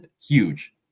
Huge